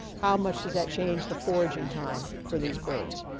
how much does that change the foraging time for these birds.